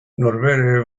norbere